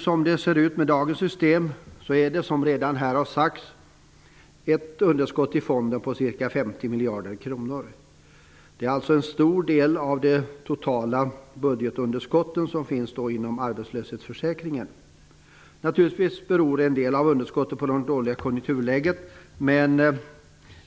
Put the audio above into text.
Som det ser ut med dagens system är det, som redan här har sagts, ett underskott i fonden om ca 50 miljarder kronor. Det är en stor del av de totala underskott som finns inom arbetslöshetsförsäkringen. Naturligtvis beror en del av underskottet på det dåliga konjunkturläget, men